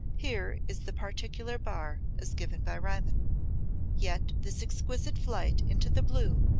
here is the particular bar, as given by riemann yet this exquisite flight into the blue,